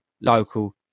local